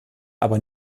aber